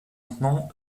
maintenant